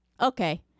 Okay